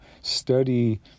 study